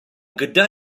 gyda